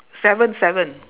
seven seven